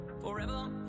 forever